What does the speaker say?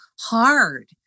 hard